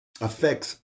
affects